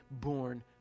born